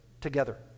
together